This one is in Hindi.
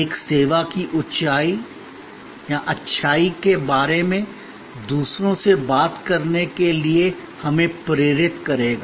एक सेवा की अच्छाई के बारे में दूसरों से बात करने के लिए हमें प्रेरित करेगा